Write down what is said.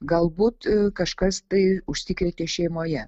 galbūt kažkas tai užsikrėtė šeimoje